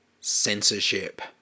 Censorship